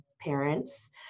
parents